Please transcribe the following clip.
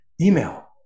email